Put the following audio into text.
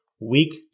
week